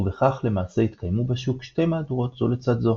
ובכך למעשה התקיימו בשוק שתי מהדורות זו לצד זו.